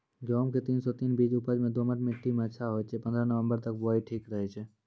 गेहूँम के तीन सौ तीन बीज उपज मे दोमट मिट्टी मे अच्छा होय छै, पन्द्रह नवंबर तक बुआई ठीक रहै छै